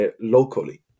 locally